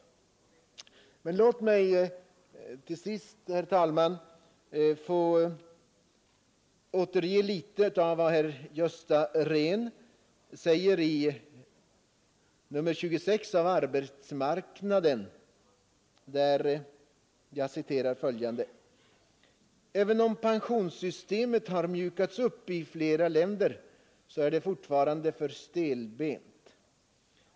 Låt mig till sist, herr talman, återge vad herr Gösta Rehn säger i nr 26 av Arbetsmarknaden: ”Även om pensionssystemet har mjukats upp i flera länder, så är det fortfarande för stelbent ———.